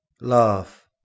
laugh